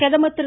பிரதமர் திரு